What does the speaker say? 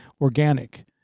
organic